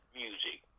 music